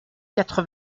quatre